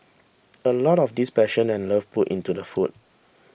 a lot of this passion and love put into the food